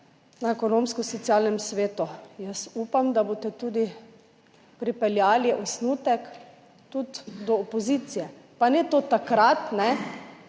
na Ekonomsko-socialnem svetu. Jaz upam, da boste pripeljali osnutek tudi do opozicije, pa ne tako, kot